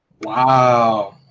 Wow